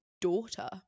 daughter